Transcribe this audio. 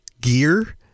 gear